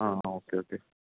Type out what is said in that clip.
ആ okay okay